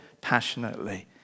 passionately